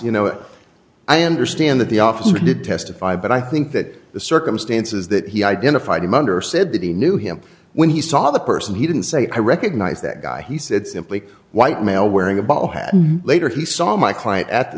you know i understand that the officer did testify but i think that the circumstances that he identified him under said that he knew him when he saw the person he didn't say i recognize that guy he said simply white male wearing a ball had later he saw my client at the